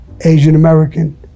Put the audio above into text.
Asian-American